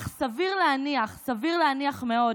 אך סביר להניח, סביר להניח מאוד,